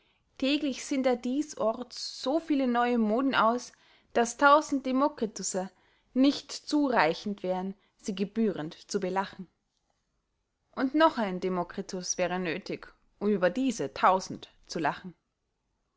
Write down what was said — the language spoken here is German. täglich sinnt er diesorts so viele neue moden aus daß tausend demokritusse nicht zureichend wären sie gebührend zu belachen und noch ein demokritus wäre nöthig um über diese tausend zu lachen